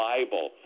Bible